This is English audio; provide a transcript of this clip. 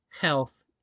health